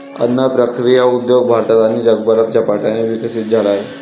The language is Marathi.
अन्न प्रक्रिया उद्योग भारतात आणि जगभरात झपाट्याने विकसित झाला आहे